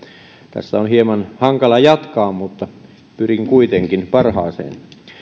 tässä on hieman hankala jatkaa mutta pyrin kuitenkin parhaaseeni